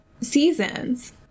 seasons